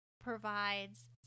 provides